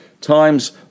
times